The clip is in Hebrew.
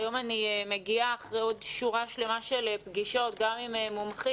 היום אני מגיעה אחרי עוד שורה שלמה של פגישות גם עם מומחים.